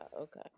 Okay